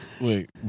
wait